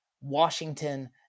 Washington